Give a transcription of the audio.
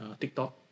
TikTok